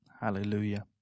Hallelujah